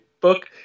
book